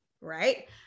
right